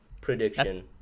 prediction